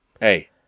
Hey